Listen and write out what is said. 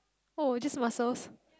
oh just muscles